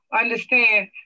understand